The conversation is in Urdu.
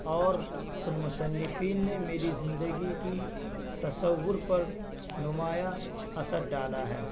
اور ان مصنفین نے میری زندگی کی تصور پر نمایاں اثر ڈالا ہے